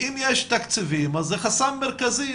אם יש תקציבים וזה חסם מרכזי,